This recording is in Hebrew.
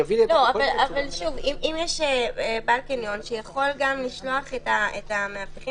אם יש בעל קניון שיכול לשלוח את המאבטחים